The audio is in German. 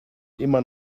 immer